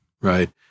right